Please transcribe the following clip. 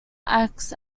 acts